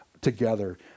together